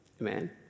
Amen